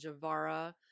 Javara